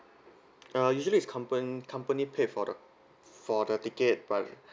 uh usually is compan~ company pay for the for the ticket but